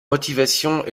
motivations